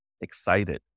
excited